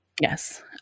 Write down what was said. Yes